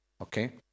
Okay